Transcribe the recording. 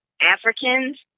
Africans